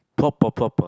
purple purple